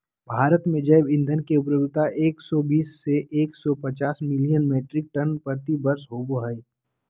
भारत में जैव ईंधन के उपलब्धता एक सौ बीस से एक सौ पचास मिलियन मिट्रिक टन प्रति वर्ष होबो हई